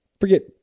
forget